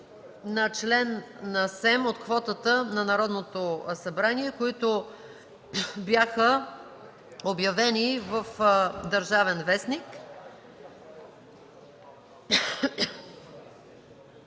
на член на СЕМ от квотата на Народното събрание, които бяха обявени в „Държавен вестник“,